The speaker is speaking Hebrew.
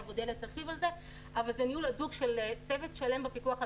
זה ניהול הדוק של צוות שלם בפיקוח על